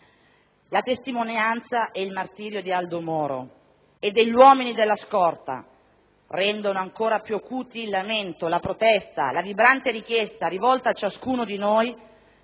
La testimonianza ed il martirio di Aldo Moro e degli uomini della scorta rendono ancora più acuti il lamento, la protesta, la vibrante richiesta, rivolta a ciascuno di noi